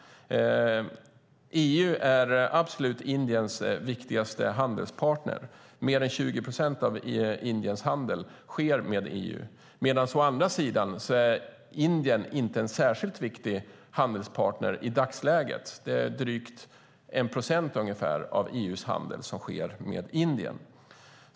EU är Indiens absolut viktigaste handelspartner - mer än 20 procent av Indiens handel sker med EU. Å andra sidan är Indien i dagsläget inte en särskilt viktig handelspartner för EU - drygt en procent av handeln sker med Indien.